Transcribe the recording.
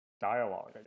dialogue